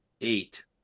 eight